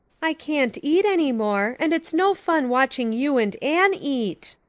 i can't eat any more, and it's no fun watching you and anne eat.